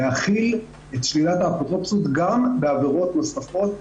להחיל את שלילת האפוטרופסות גם בעבירות נוספות,